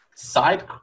side